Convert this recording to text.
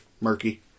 murky